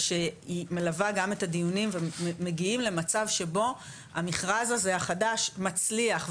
ושהיא מלווה גם את הדיונים ומגיעים למצב שבו המכרז הזה החדש מצליח,